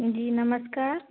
जी नमस्कार